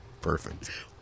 Perfect